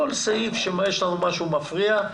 בכל סעיף שבו משהו מפריע לנו,